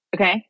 Okay